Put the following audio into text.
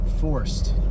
forced